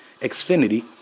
Xfinity